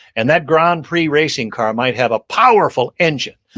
and that grand prix racing car might have a powerful engine,